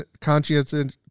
Conscientious